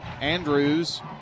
Andrews